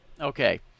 Okay